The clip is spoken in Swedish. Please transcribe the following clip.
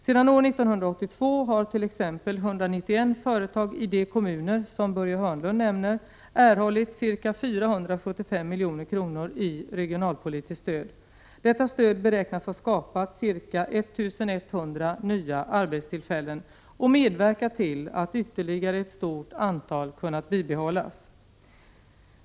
Sedan år 1982 har t.ex. 191 företag i de kommuner som Börje Hörnlund nämner erhållit ca 475 milj.kr. i regionalpolitiskt stöd. Detta stöd beräknas ha skapat ca 1 100 nya arbetstillfällen och medverkat till att ytterligare ett stort antal kunnat bibehållas.